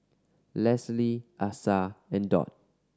Leslie Asa and Dot